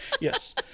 Yes